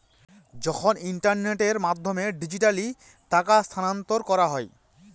যখন ইন্টারনেটের মাধ্যমে ডিজিট্যালি টাকা স্থানান্তর করা হয়